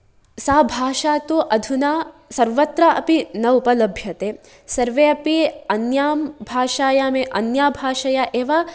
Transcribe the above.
सा भाषा तु अधुना सर्वत्र अपि न उपलभ्यते सर्वे अपि अन्यां भाषायाम् अन्या भाषया एव